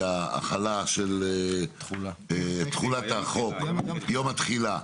לגבי תחולת החוק, יום התחילה,